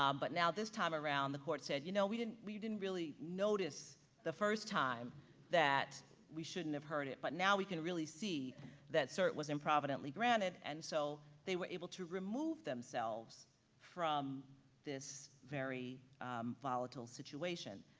um but now this time around, the court said, you know, we didn't we didn't really notice the first time that we shouldn't have heard it. but now we can really see that cert was improminently granted and so they were able to remove themselves from this very volatile situation.